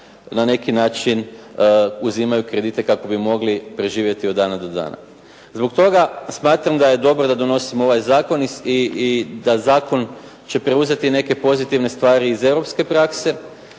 na neki način uzimaju kredite kako bi mogli preživjeti od dana do dana. Zbog toga smatram da je dobro da donosimo ovaj zakon i da zakon će preuzeti neke pozitivne stvari iz europske prakse,